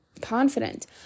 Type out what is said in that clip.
confident